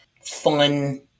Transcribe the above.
fun